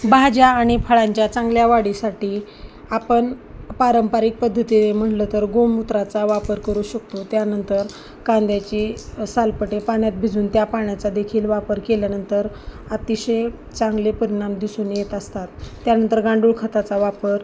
भाज्या आणि फळांच्या चांगल्या वाढीसाठी आपण पारंपरिक पद्धतीने म्हणलं तर गोमूत्राचा वापर करू शकतो त्यानंतर कांद्याची सालपटे पाण्यात भिजून त्या पाण्याचादेखील वापर केल्यानंतर अतिशय चांगले परिणाम दिसून येत असतात त्यानंतर गांडूळ खताचा वापर